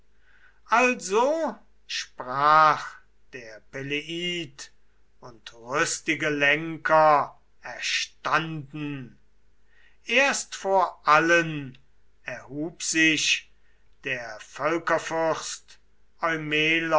also sprach der peleid und rüstige lenker erstanden erst vor allen erhub sich der